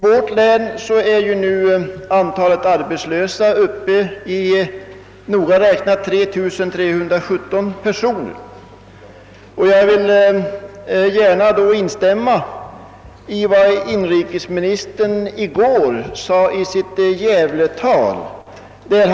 Inom länet är antalet arbetslösa nu uppe i, noga räknat, 3 317 personer. Jag vill gärna instämma i vad inrikesministern i går sade i ett tal i Gävle.